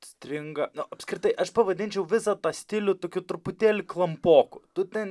stringa apskritai aš pavadinčiau visą tą stilių tokiu truputėlį klampoku tu ten